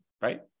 Right